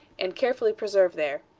and carefully preserved there.